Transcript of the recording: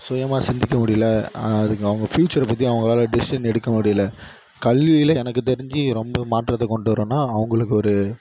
சுயமாக சிந்திக்க முடியல அதுக்கு அவங்க ப்யூச்சர் பற்றி அவங்களால டிசிஷன் எடுக்க முடியல கல்வியில் எனக்கு தெரிஞ்சு ரொம்ப மாற்றத்தை கொண்டு வர்றனா அவங்களுக்கு ஒரு